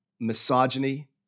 misogyny